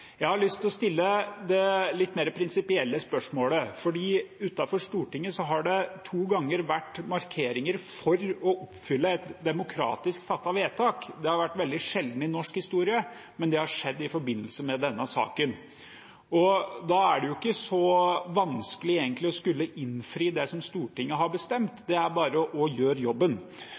Jeg har lyst til å stille et litt mer prinsipielt spørsmål. Utenfor Stortinget har det to ganger vært markeringer for å oppfylle et demokratisk fattet vedtak. Det har vært veldig sjelden i norsk historie, men det har skjedd i forbindelse med denne saken. Da er det egentlig ikke så vanskelig å skulle innfri det som Stortinget har bestemt – det er bare å gjøre jobben.